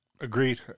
Agreed